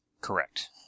Correct